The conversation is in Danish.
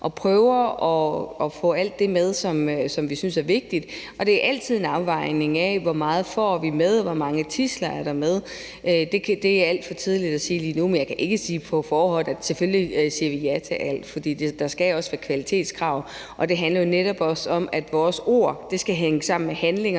og prøver at få alt det med, som vi synes er vigtigt. Det er altid en afvejning af, hvor meget vi får med, og hvor mange tidsler der er med. Det er alt for tidligt at sige lige nu, og jeg kan ikke på forhånd sige, at selvfølgelig siger vi ja til alt, for der skal jo også være kvalitetskrav. Det handler netop også om, at vores ord skal hænge sammen med handlingerne.